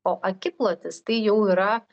o akiplotis tai jau yra